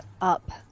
up